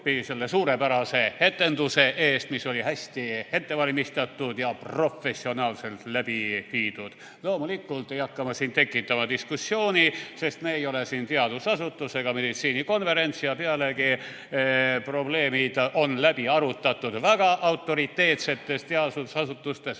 selle suurepärase etenduse eest, mis oli hästi ette valmistatud ja professionaalselt läbi viidud. Loomulikult ei hakka ma siin tekitama diskussiooni, sest me ei ole siin teadusasutus ega meditsiinikonverentsi. Pealegi on probleemid läbi arutatud väga autoriteetsetes teadusasutustes.